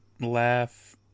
laugh